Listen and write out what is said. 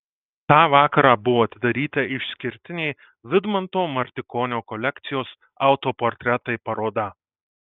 tą vakarą buvo atidaryta išskirtinė vidmanto martikonio kolekcijos autoportretai paroda